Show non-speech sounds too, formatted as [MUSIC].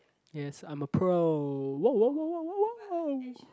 yes I'm a pro [NOISE]